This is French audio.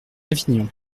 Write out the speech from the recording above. avignon